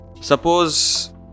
suppose